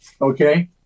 okay